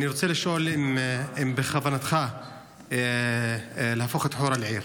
אני רוצה לשאול אם בכוונתך להפוך את חורה לעיר.